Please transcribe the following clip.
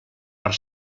per